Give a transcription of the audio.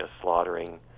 slaughtering